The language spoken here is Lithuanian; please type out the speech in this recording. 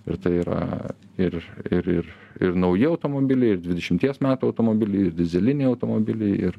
ir tai yra ir ir ir ir nauji automobiliai ir dvidešimties metų automobiliai ir dyzeliniai automobiliai ir